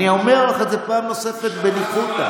אני אומר לך את זה פעם נוספת, בניחותא.